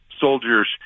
soldiers